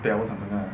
bell 他们 lah